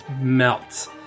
melt